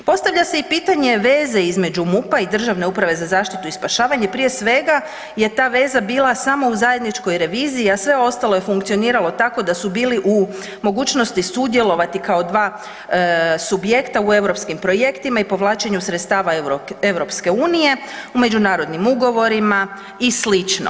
Postavlja se i pitanje veze između MUP-a i Državne uprave za zaštitu i spašavanje, prije svega je ta veza bila smo u zajedničkoj reviziji, a sve ostalo je funkcioniralo tako da su bili u mogućnosti sudjelovati kao dva subjekta u europskim projektima i povlačenju sredstava EU u međunarodnim ugovorima i sl.